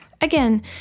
Again